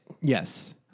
Yes